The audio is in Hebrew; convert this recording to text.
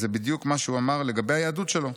זה בדיוק מה שהוא אמר לגבי היהדות שלו.